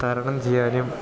തരണം ചെയ്യാനും